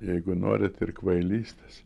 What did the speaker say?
jeigu norit ir kvailystės